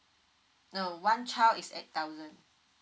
no one child is eight thousand